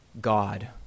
God